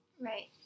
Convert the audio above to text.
Right